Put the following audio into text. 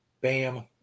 Bam